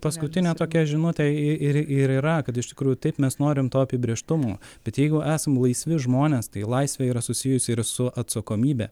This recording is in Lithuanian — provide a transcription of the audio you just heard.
paskutinė tokia žinutė ir ir yra kad iš tikrųjų taip mes norime to apibrėžtumo bet jeigu esam laisvi žmonės tai laisvė yra susijusi ir su atsakomybe